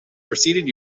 preceded